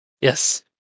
Yes